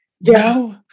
no